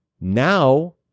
now